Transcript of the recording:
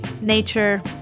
nature